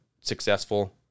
successful